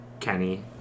Kenny